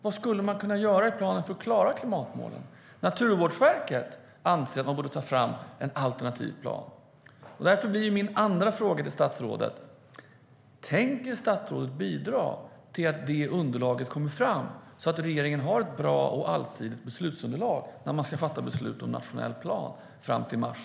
Vad skulle man kunna göra i planen för att klara klimatmålen? Naturvårdsverket anser att man borde ta fram en alternativ plan. Därför blir min nästa fråga till statsrådet: Tänker statsrådet bidra till att det underlaget kommer fram, så att regeringen har ett bra och allsidigt beslutsunderlag när man ska fatta beslut om den nationella planen i mars?